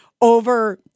over